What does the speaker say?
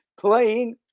playing